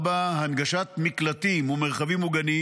4. הנגשת מקלטים ומרחבים מוגנים,